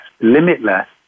limitless